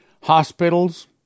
Hospitals